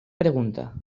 pregunta